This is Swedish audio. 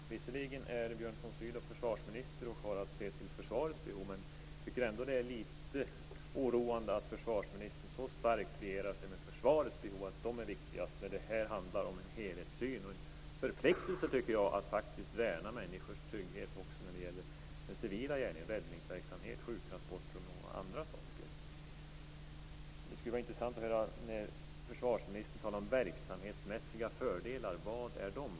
Herr talman! Visserligen är Björn von Sydow försvarsminister och har att se till försvarets behov, men jag tycker ändå att det är litet oroande att försvarsministern så starkt lierar sig med försvarets behov och att de är viktigast. Här handlar det ju om en helhetssyn och en förpliktelse att faktiskt värna människors trygghet också när det gäller den civila gärningen såsom räddningsverksamhet, sjuktransporter och mycket annat. Det skulle vara intressant att höra försvarsministern tala om verksamhetsmässiga fördelar. Vad är det?